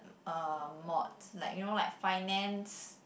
uh mods like you know like finance